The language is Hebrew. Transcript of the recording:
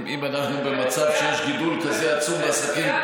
אם אנחנו במצב שיש גידול כזה גדול בעסקים,